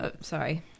Sorry